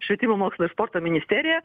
švietimo mokslo ir sporto ministerija